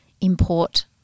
import